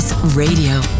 Radio